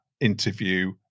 interview